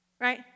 Right